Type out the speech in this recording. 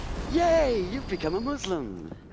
yay! you've become a muslim!